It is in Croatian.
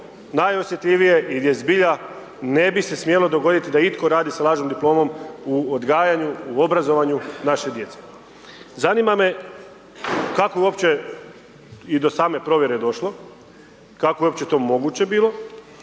najosjetljivije i gdje zbilja ne bi se smjelo dogoditi da itko radi sa lažnom diplom u odgajanju, u obrazovanju naše djece. Zanima me ako uopće je i do same provjere je došlo? Kako je uopće to moguće bilo